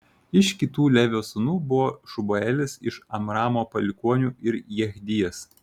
iš kitų levio sūnų buvo šubaelis iš amramo palikuonių ir jechdijas